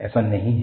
ऐसा नहीं है